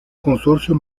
consorcio